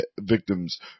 victims